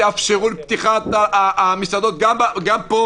תאפשרו את פתיחת המסעדות גם פה